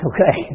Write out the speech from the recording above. Okay